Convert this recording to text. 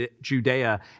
Judea